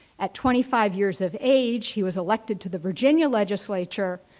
at twenty five years of age, he was elected to the virginia legislature,